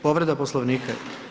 Povreda Poslovnika?